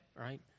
right